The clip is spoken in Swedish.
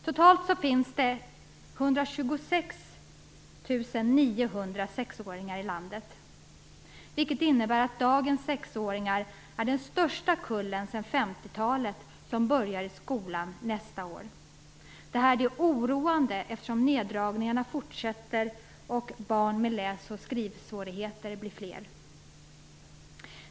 Totalt finns det 126 900 sexåringar i vårt land, vilket innebär att dagens kull av sexåringar, som börjar i skolan nästa år, är den största sedan 50-talet. Detta är oroande, eftersom neddragningarna fortsätter och barn med läs och skrivsvårigheter blir fler.